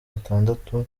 atandatu